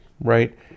right